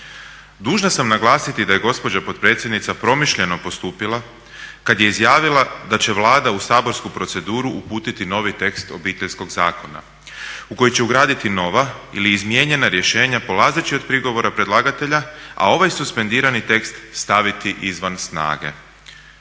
"Dužna sam naglasiti da je gospođa potpredsjednica promišljeno postupila kada je izjavila da će Vlada u saborsku proceduru uputiti novi tekst Obiteljskog zakona u koji će ugraditi nova ili izmijenjana rješenja polazeći od prigovora predlagatelja a ovaj suspendirani tekst staviti izvan snage.